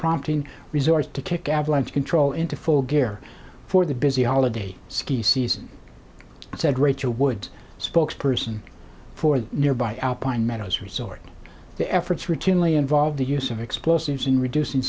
prompting resources to kick avalanche control into full gear for the busy holiday ski season said rachel wood a spokesperson for the nearby alpine meadows resort the efforts routinely involve the use of explosives in reducing